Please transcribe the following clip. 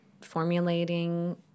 formulating